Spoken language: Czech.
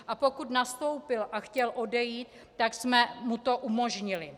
A pokud nastoupil a chtěl odejít, tak jsme mu to umožnili.